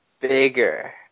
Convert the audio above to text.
bigger